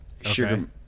sugar